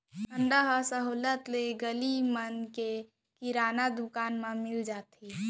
अंडा ह सहोल्लत ले गली मन के किराना दुकान म मिल जाथे